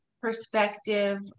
perspective